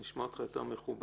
אני אשמע אותך יותר מכובד,